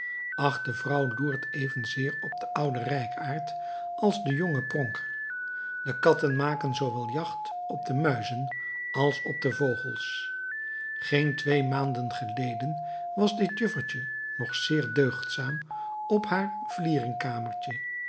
de vrouw loert evenzeer op den ouden rijkaard als op den jongen pronker de katten maken zoowel jacht op de muizen als op de vogels geen twee maanden geleden was dit juffertje nog zeer deugdzaam op haar